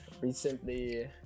recently